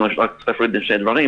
צריך רק להפריד פה בין שני דברים.